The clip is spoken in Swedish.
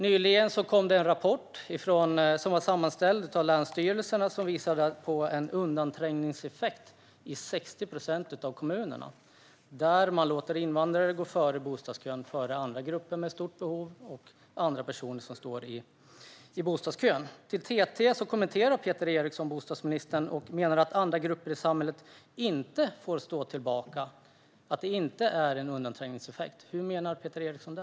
Nyligen visade en rapport som sammanställts av länsstyrelserna på en undanträngningseffekt i 60 procent av kommunerna. Man låter invandrare gå före andra grupper med stort behov och andra personer i bostadskön. I en kommentar till TT sa bostadsminister Peter Eriksson att andra grupper i samhället inte får stå tillbaka och att det inte är en undanträngningseffekt. Hur menar Peter Eriksson då?